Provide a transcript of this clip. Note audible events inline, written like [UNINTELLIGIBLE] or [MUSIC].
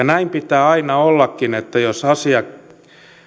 [UNINTELLIGIBLE] näin pitää aina ollakin että jos on asia